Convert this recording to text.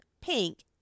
pink